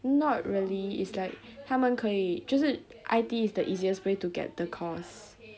not really is like 他们可以就是 I_T_E is the easiest way to get the course